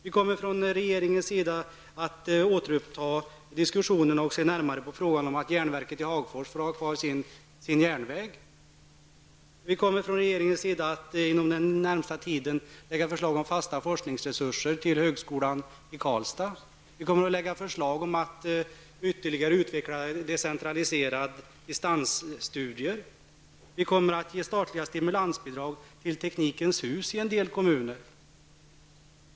Vi kommer att återuppta diskussionen om och se närmare på frågan huruvida järnverket i Hagfors skall få ha kvar sin järnväg. Vi kommer att inom den närmaste tiden framlägga förslag om fasta forskningsresurser för högskolan i Karlstad. Vi kommer att framlägga förslag om att ytterligare utveckla och decentralisera distansstudier. Vi kommer att ge statliga stimulansbidrag till teknikens hus i en del kommuner.